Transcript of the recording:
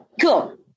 Cool